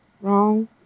wrong